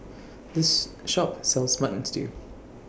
This Shop sells Mutton Stew